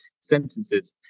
sentences